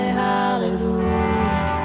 hallelujah